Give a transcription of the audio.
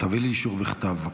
תביא לי אישור בכתב.